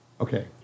Okay